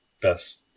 Best